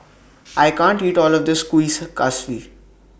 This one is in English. I can't eat All of This Kuih Kaswi